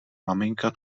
maminka